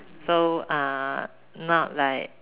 so uh not like